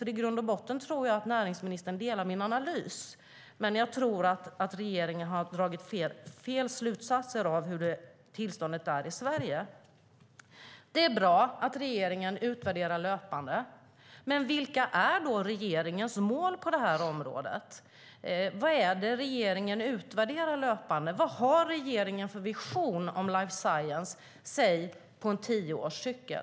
I grund och botten tror jag att näringsministern instämmer i min analys, men jag tror att regeringen har dragit fel slutsatser av hur tillståndet är i Sverige. Det är bra att regeringen utvärderar löpande, men vilka är regeringens mål på området? Vad är det regeringen utvärderar löpande? Vad har regeringen för vision om life science på till exempel en tioårscykel?